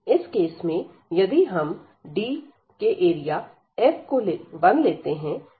इस केस में यदि हम D के एरिया f को 1 लेते हैं